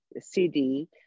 cd